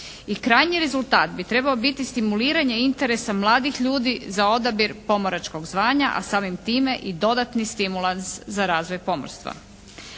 i krajnji rezultat bi trebao biti stimuliranje interesa mladih ljudi za odabir pomoračkog zvanja, a samim time i dodatni stimulans za razvoj pomorstva.